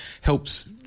helps